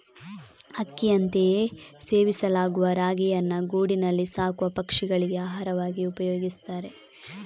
ಅಕ್ಕಿಯಂತೆಯೇ ಸೇವಿಸಲಾಗುವ ರಾಗಿಯನ್ನ ಗೂಡಿನಲ್ಲಿ ಸಾಕುವ ಪಕ್ಷಿಗಳಿಗೆ ಆಹಾರವಾಗಿ ಉಪಯೋಗಿಸ್ತಾರೆ